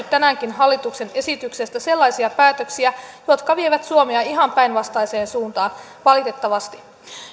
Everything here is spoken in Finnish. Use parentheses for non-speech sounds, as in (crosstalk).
(unintelligible) tänäänkin hallituksen esityksestä sellaisia päätöksiä jotka vievät suomea ihan päinvastaiseen suuntaan valitettavasti